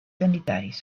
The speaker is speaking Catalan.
sanitaris